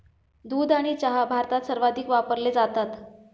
दूध आणि चहा भारतात सर्वाधिक वापरले जातात